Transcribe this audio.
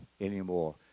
anymore